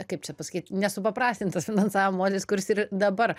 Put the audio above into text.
kaip čia pasakyt nesupaprastintas finansavimo modelis kuris ir dabar